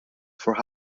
for